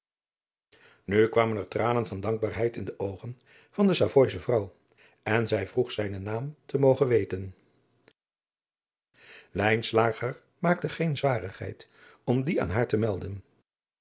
nu kwamen er tranen van dankbaarheid in de oogen van de savooische vrouw en zij vroeg zijnen naam te mogen weten lijnslager maakte geene zwarigheid om dien aan haar te melden